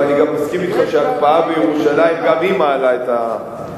ואני גם מסכים אתך שההקפאה בירושלים גם היא מעלה את המחירים.